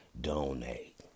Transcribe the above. Donate